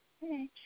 Hey